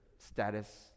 status